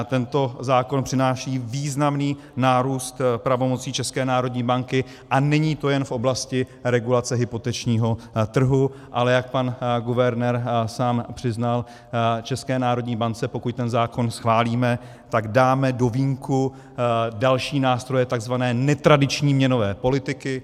Tento zákon přináší významný nárůst pravomocí České národní banky a není to jen v oblasti regulace hypotečního trhu, ale jak pan guvernér sám přiznal, České národní bance, pokud ten zákon schválíme, dáme do vínku další nástroje tzv. netradiční měnové politiky.